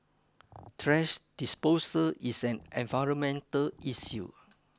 trash disposal is an environmental issue